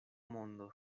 mondo